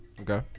okay